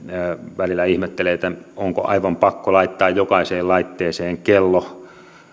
välillä ihmettelen onko aivan pakko laittaa jokaiseen laitteeseen kello